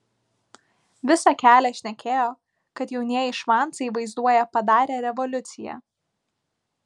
visą kelią šnekėjo kad jaunieji švancai vaizduoja padarę revoliuciją